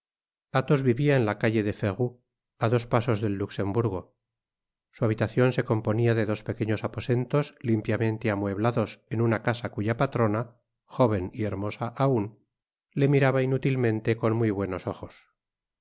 athos vivia en la calle de ferou á dos pasos del luxemburgo su habitacion se componía de dos pequeños aposentos limpiamente amueblados en una casa cuya patrona jóven y hermosa aun le miraba inútilmente con muy buenos ojos